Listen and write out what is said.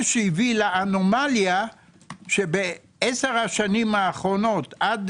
הוא שהביא לאנומליה שבעשר השנים האחרונות עד